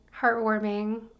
heartwarming